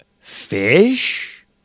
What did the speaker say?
Fish